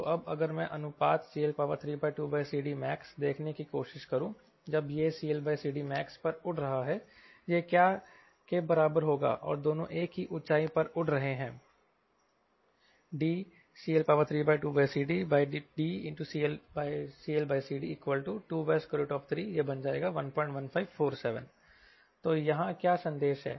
तो अब अगर मैं अनुपात CL32CD max देखने की कोशिश करू जब यह CLCDmax पर उड़ रहा हैयह क्या के बराबर होगा और दोनों एक ही ऊंचाई पर उड़ रहे हैं DCL32CDDCLCD2311547 तो यहां क्या संदेश है